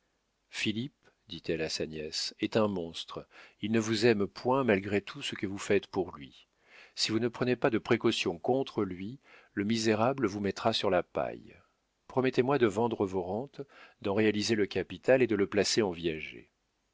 philippe dit-elle à sa nièce est un monstre il ne vous aime point malgré tout ce que vous faites pour lui si vous ne prenez pas de précautions contre lui le misérable vous mettra sur la paille promettez-moi de vendre vos rentes d'en réaliser le capital et de le placer en viager